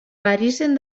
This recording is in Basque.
parisen